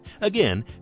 Again